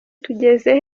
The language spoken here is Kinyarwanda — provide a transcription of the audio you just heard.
tugeze